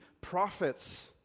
prophets